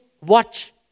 watch